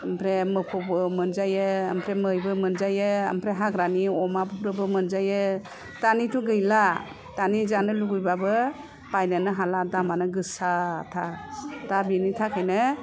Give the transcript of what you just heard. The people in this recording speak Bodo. ओमफ्राय मोफौबो मोनजायो ओमफ्राय मैबो मोनजायो ओमफ्राय हाग्रानि अमाफोरबो मोनजायो दानियाथ' गैला दानिया जानो लुबैब्लाबो बायनोनो हाला दामा गोसाथार दा बेनि थाखायनो